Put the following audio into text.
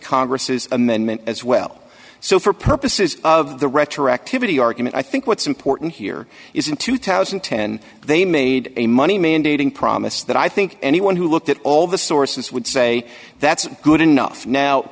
congresses amendment as well so for purposes of the retroactivity argument i think what's important here is in two thousand and ten they made a money mandating promise that i think anyone who looked at all the sources would say that's good enough now